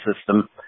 system